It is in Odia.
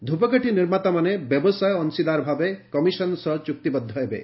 ଧ୍ୟପକାଠି ନିର୍ମାତାମାନେ ବ୍ୟବସାୟ ଅଂଶୀଦାର ଭାବେ କମିଶନ୍ ସହ ଚୂକ୍ତିବଦ୍ଧ ହେବେ